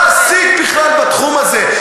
מה עשית בכלל בתחום הזה?